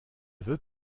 veux